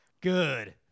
Good